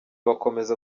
bakomeza